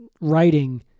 writing